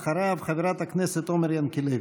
אחריו, חברת הכנסת עומר ינקלביץ'.